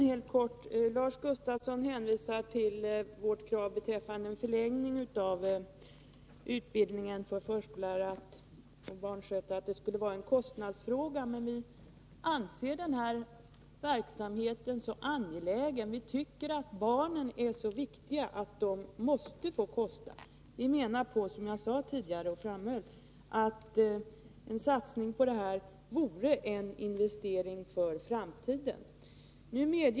Fru talman! Lars Gustafsson sade beträffande vårt krav på förlängning av utbildningen för förskollärare och barnskötare att detta skulle vara en kostnadsfråga. Vi anser emellertid att den här verksamheten är så angelägen och att barnen är så viktiga att det måste få kosta. Som jag framhöll tidigare vore en satsning på detta enligt vår mening en investering för framtiden.